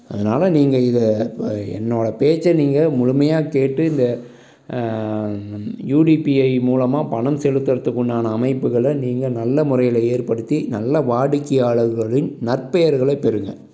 அதனால் நீங்கள் இதை வ என்னோடய பேச்சை நீங்கள் முழுமையாக கேட்டு இந்த யூடிபிஐ மூலமாக பணம் செலுத்துறத்துக்குண்டான அமைப்புகளை நீங்கள் நல்ல முறையில் ஏற்படுத்தி நல்ல வாடிக்கையாளர்களையும் நட்பேறுகளை பெறுங்க